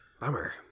Bummer